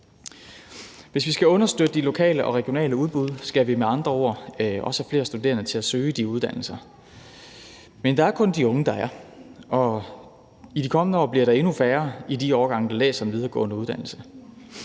Hvis vi skal understøtte de lokale og regionale udbud, skal vi med andre ord også have flere studerende til at søge de uddannelser. Men der er kun de unge, der er, og i de kommende år bliver der endnu færre, der tager en videregående uddannelse,